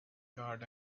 guard